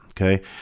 Okay